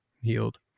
healed